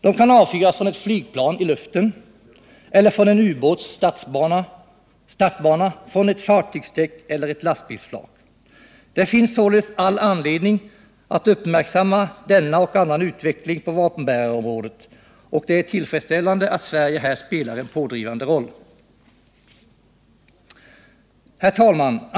De kan avfyras från ett flygplan i luften, från en ubåt, ett fartygsdäck eller ett lastbilsflak. Det finns således all anledning att uppmärksamma denna och annan utveckling på vapenbärarområdet, och det är tillfredsställande att Sverige här spelar en pådrivande roll. Herr talman!